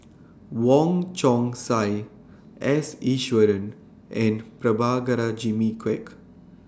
Wong Chong Sai S Iswaran and Prabhakara Jimmy Quek